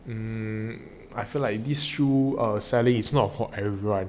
mmhmm I feel like these shoes err selling is not for everyone